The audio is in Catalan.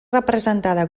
representada